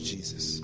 Jesus